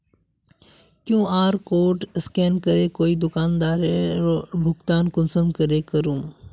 QR code scan करे कोई दुकानदारोक भुगतान कुंसम करे करूम?